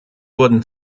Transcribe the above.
wurden